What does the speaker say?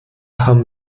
haben